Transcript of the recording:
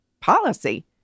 policy